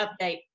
update